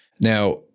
Now